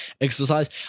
exercise